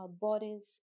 bodies